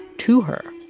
to her.